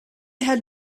had